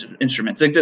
instruments